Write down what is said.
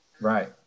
Right